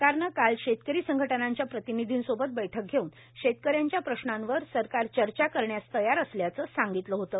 सरकारनं काल शेतकरी संघटनांच्या प्रतिनिधींसोबत बैठक धेऊन शेतकऱ्यांच्या प्रश्नांवर सरकार चर्चा करण्यास तयार असल्याचं सांगितलं होतं